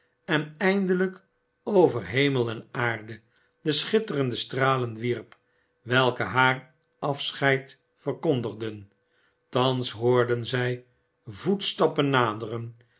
en eindelijk over hemel en aarde de schitterende stralen wierp welke haar afscheid verkondigden thans hoorden zij voetstappen naderen